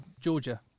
Georgia